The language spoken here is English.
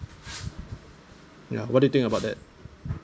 ya what do you think about that